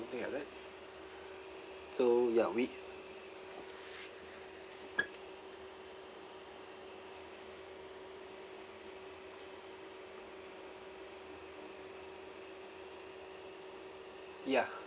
something like that so ya we ya